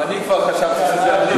גם אני כבר חשבתי שזה אני.